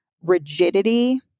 rigidity